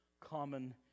common